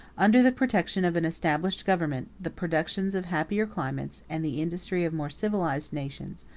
under the protection of an established government, the productions of happier climates, and the industry of more civilized nations,